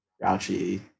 grouchy